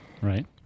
Right